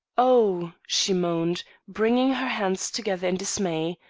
oh! she moaned, bringing her hands together in dismay.